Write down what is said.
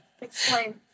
Explain